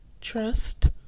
trust